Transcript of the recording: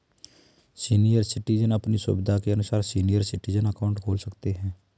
senior citizen अपनी सुविधा के अनुसार सीनियर सिटीजन अकाउंट खोल सकते है